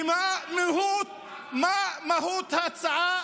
ומה מהות ההצעה?